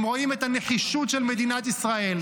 הם רואים את הנחישות של מדינת ישראל,